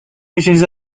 machines